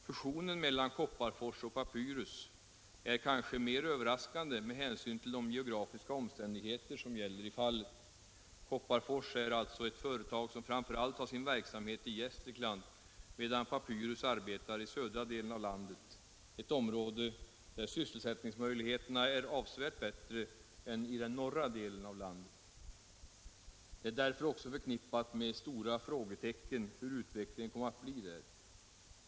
Fusionen mellan Kopparfors och Papyrus är kanske mer överraskande med hänsyn till de geografiska omständigheter som gäller i fallet. Kopparfors är alltså ett företag som framför allt har sin verksamhet i Gästrikland medan Papyrus arbetar i södra delen av landet, ett område där sysselsättningsmöjligheterna är avsevärt bättre än i den norra delen av landet. Det är därför också förknippat med stor osäkerhet hur utvecklingen kommer att bli där.